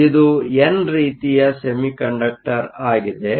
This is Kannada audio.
ಆದ್ದರಿಂದ ಇದು ಎನ್ ರೀತಿಯ ಸೆಮಿಕಂಡಕ್ಟರ್ ಆಗಿದೆ